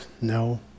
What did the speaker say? no